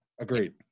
Agreed